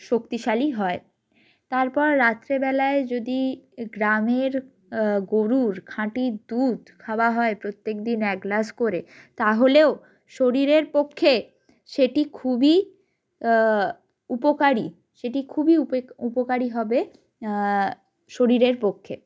শক্তিশালী হয় তারপর রাত্রেবেলায় যদি গ্রামের গরুর খাঁটি দুধ খাওয়া হয় প্রত্যেকদিন এক গ্লাস করে তাহলেও শরীরের পক্ষে সেটি খুবই উপকারী সেটি খুবই উপেখ উপকারী হবে শরীরের পক্ষে